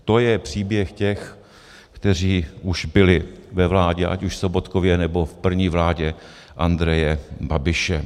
To je příběh těch, kteří už byli ve vládě ať už Sobotkově, nebo v první vládě Andreje Babiše.